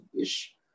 ish